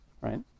Right